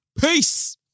Peace